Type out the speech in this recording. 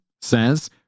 says